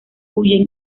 huyen